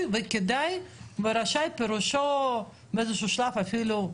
וכדאי ורשאי פירושו באיזשהו שלב אפילו,